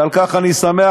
ועל כך אני שמח.